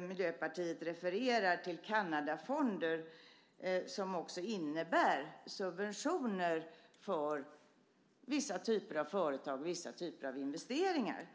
Miljöpartiet refererar till Kanadafonder, som också innebär subventioner för vissa typer av företag och vissa typer av investeringar.